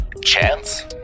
Chance